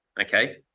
Okay